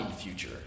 future